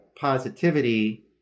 positivity